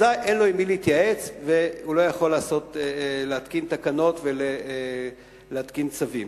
אזי אין לו עם מי להתייעץ והוא לא יכול להתקין תקנות ולהתקין צווים.